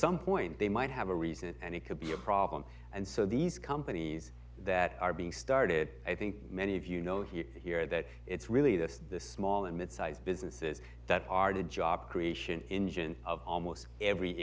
some point they might have a reason and it could be a problem and so these companies that are being started i think many of you know if you hear that it's really the small and mid sized businesses that are the job creation engine of almost every